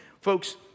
Folks